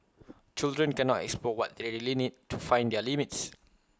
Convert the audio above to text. children cannot explore what they really need to find their limits